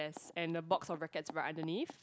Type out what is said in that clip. and a box of rackets right underneath